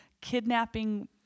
kidnapping